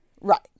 Right